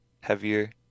heavier